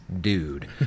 dude